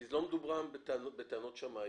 כי לא מדובר בטענות שמאיות,